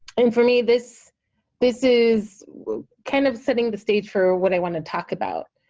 and for me this this is kind of setting the stage for what i want to talk about.